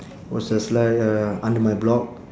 what's that's like uh under my block